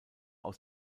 aus